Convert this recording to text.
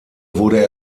wurde